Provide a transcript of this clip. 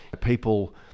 people